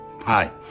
Hi